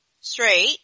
straight